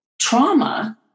trauma